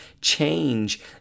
change